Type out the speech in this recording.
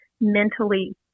mentally